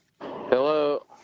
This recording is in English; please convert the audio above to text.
hello